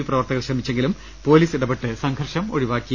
U പ്രവർത്തകർ ശ്രമിച്ചെങ്കിലും പൊലീസ് ഇടപെട്ട് സംഘർഷം ഒഴിവാക്കി